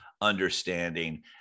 understanding